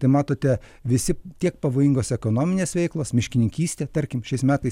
tai matote visi tiek pavojingos ekonominės veiklos miškininkystė tarkim šiais metais